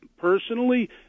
personally